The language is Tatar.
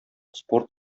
спорт